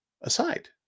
aside